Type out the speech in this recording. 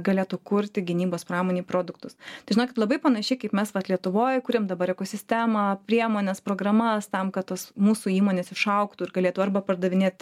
galėtų kurti gynybos pramonei produktus tai žinokit labai panašiai kaip mes vat lietuvoj kuriam dabar ekosistemą priemones programas tam kad tos mūsų įmonės išaugtų ir galėtų arba pardavinėt